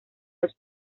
los